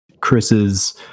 chris's